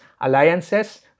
alliances